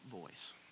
voice